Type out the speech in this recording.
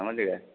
समझ गए